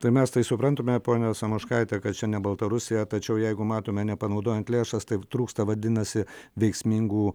tai mes tai suprantame ponia samoškaite kad šiandien baltarusija tačiau jeigu matome nepanaudojant lėšas taip trūksta vadinasi veiksmingų